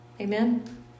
Amen